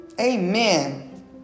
Amen